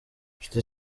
nshuti